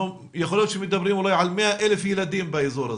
יכול להיות שמדברים אולי על 100,000 ילדים באזור הזה,